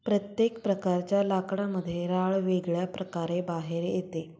प्रत्येक प्रकारच्या लाकडामध्ये राळ वेगळ्या प्रकारे बाहेर येते